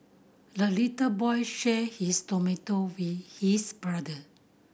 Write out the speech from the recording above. the little boy shared his tomato with his brother